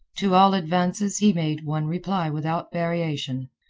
to all advances he made one reply without variation,